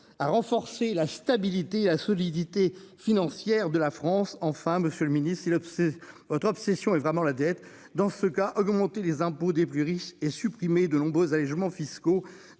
à renforcer la stabilité la solidité financière de la France en. Enfin, Monsieur le Ministre si le FC autre obsession est vraiment la dette. Dans ce cas, augmenter les impôts des plus riches et supprimer de nombreux allégements fiscaux